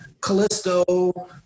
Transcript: Callisto